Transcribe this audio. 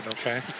okay